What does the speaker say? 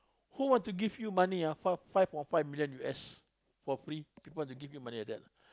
who wants to give you money ah five five or five million U_S for free people want to give you money like that